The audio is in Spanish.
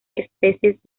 especies